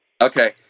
Okay